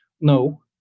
No